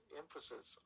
emphasis